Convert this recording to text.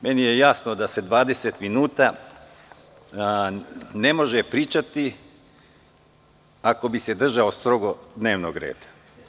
Meni je jasno da se 20 minuta ne može pričati, ako bi se držao strogo dnevnog reda.